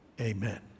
Amen